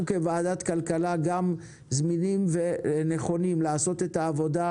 אנחנו כוועדת כלכלה גם זמינים ונכונים לעשות את העבודה